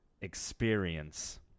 experience